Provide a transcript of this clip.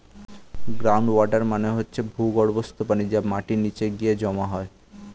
ground water মানে হচ্ছে ভূগর্ভস্থ পানি যা মাটির নিচে গিয়ে জমা হয়